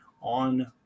on